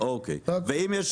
אוקיי כי הם באותה אינטגרציה.